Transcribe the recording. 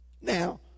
Now